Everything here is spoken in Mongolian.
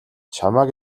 чамайг